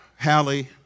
Hallie